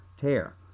tear